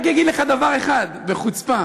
אני, אני רק אגיד לך דבר אחד, בחוצפה: